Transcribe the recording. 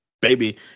Baby